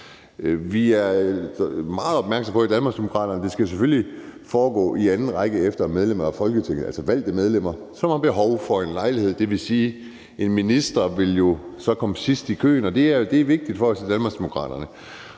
meget opmærksomme på, at det jo selvfølgelig skal foregå i anden række og efter medlemmer af Folketinget, altså valgte medlemmer, som har behov for en lejlighed. Det vil sige, at en minister jo så vil komme sidst i køen, og det er vigtigt for os i Danmarksdemokraterne.